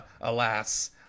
alas